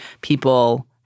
people